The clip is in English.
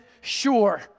sure